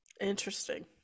Interesting